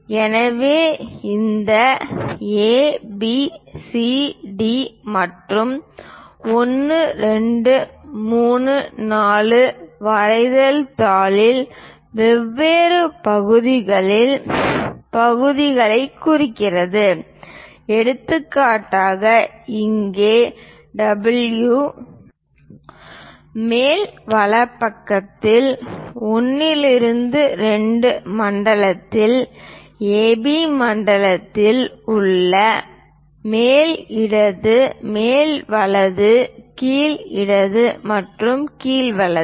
எனவே இந்த A B C D மற்றும் 1 2 3 4 வரைதல் தாளின் வெவ்வேறு பகுதிகளின் பகுதிகளைக் குறிக்கிறது எடுத்துக்காட்டாக இங்கே W மேல் வலப்பக்கத்தில் 1 2 மண்டலத்தில் AB மண்டலத்தில் உள்ளது மேல் இடது மேல் வலது கீழ் இடது மற்றும் கீழ் வலது